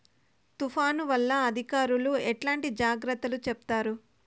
తుఫాను వల్ల అధికారులు ఎట్లాంటి జాగ్రత్తలు చెప్తారు?